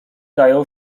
dają